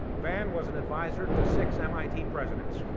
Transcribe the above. van was an advisor to six mit presidents,